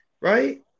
right